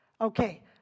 Okay